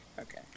okay